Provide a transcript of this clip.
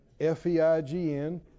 F-E-I-G-N